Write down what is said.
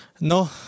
No